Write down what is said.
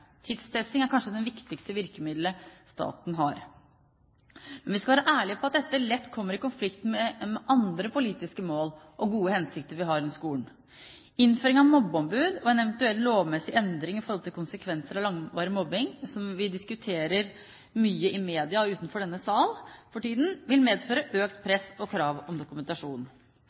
er kanskje det viktigste virkemiddelet staten har. Men vi skal være ærlige på at dette lett kommer i konflikt med andre politiske mål og gode hensikter vi har for skolen. Innføring av mobbeombud og en eventuell lovmessig endring med tanke på konsekvenser av langvarig mobbing – som vi diskuterer mye i media og utenfor denne sal for tiden – vil medføre økt press og krav om dokumentasjon.